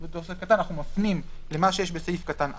אנחנו מפנים למה שיש בסעיף קטן (א).